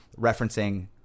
referencing